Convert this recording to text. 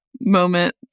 moment